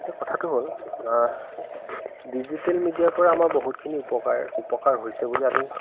এতিয়া কথাটো হ'ল ডিজিটেল মিডিয়াৰপৰা আমাৰ বহুতখিনি উপকাৰ উপকাৰ হৈছে বুলি আমি